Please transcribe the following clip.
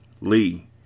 Lee